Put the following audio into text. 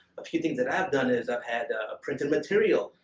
a few things that i've done is i've had ah printed material,